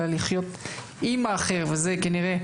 אלא לחיות עם האחר וזה כנראה,